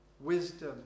Wisdom